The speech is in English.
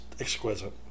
exquisite